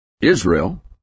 Israel